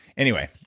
anyway,